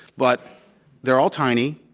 but they're all tiny.